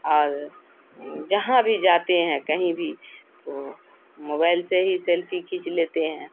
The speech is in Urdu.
اور جہاں بھی جاتے ہیں کہیں بھی تو موبائل سے ہی سیلفی کھینچ لیتے ہیں